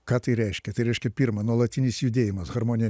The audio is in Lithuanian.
ką tai reiškia tai reiškia pirma nuolatinis judėjimas harmonija